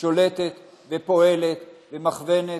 שולטת ופועלת ומכוונת,